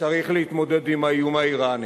צריך להתמודד עם האיום האירני.